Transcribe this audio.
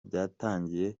byatangiye